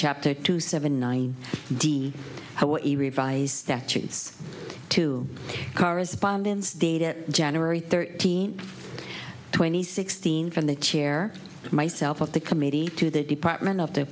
chapter two seven nine d hawaii revised statutes to correspondence data january thirteenth twenty sixteen from the chair myself of the committee to the department of the